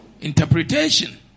Interpretation